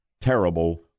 terrible